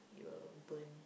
it will burn